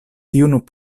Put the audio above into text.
tiun